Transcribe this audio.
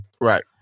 right